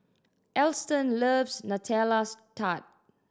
Alston loves Nutella Tart